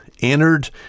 entered